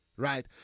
right